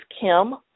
Kim